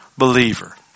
believer